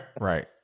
Right